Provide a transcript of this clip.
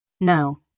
No